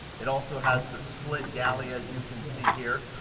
it also has the split galley as you can see here.